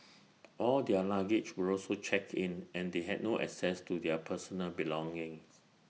all their luggage were also checked in and they had no access to their personal belongings